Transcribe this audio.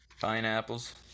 Pineapples